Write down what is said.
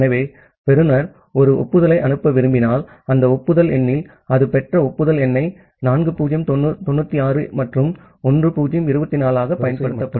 ஆகவே பெறுநர் ஒரு ஒப்புதலை அனுப்ப விரும்பினால் அந்த ஒப்புதல் எண்ணில் அது பெற்ற ஒப்புதல் எண்ணை 4096 மற்றும் 1024 ஆகப் பயன்படுத்தும்